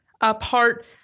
apart